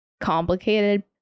complicated